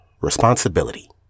responsibility